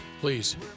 Please